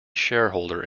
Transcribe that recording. shareholder